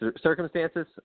circumstances